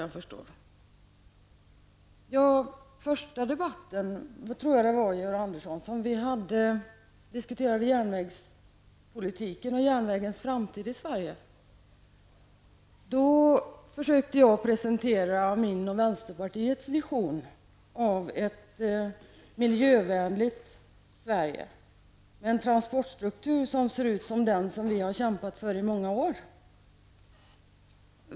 I den första debatt som Georg Andersson och jag förde om järnvägspolitiken och järnvägens framtid i Sverige försökte jag presentera min och vänsterpartiets vision av ett miljövänligt Sverige, med en transportstruktur som ser ut som den som vi har kämpat för i många år.